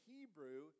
Hebrew